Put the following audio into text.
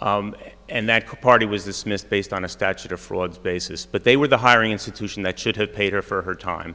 and that party was dismissed based on a statute of frauds basis but they were the hiring institution that should have paid her for her time